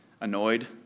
annoyed